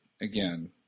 again